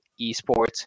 esports